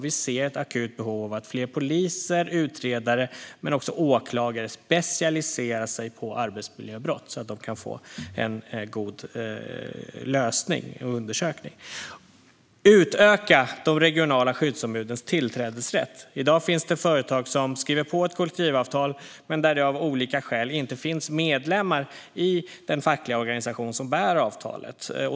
Vi ser ett akut behov av att fler poliser och utredare men också åklagare specialiserar sig på arbetsmiljöbrott så att de kan få en god undersökning och lösning. Utöka de regionala skyddsombudens tillträdesrätt! I dag finns det företag som skriver på ett kollektivavtal men där det av olika skäl inte finns medlemmar i den fackliga organisation som bär avtalet.